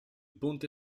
ponte